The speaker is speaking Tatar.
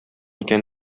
икән